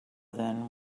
then